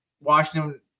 Washington